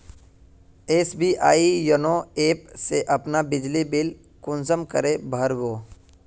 SBI YONO app से अपना बिजली बिल कुंसम करे भर बो?